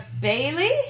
Bailey